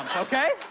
okay?